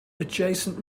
adjacent